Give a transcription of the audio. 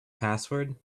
password